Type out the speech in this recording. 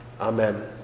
Amen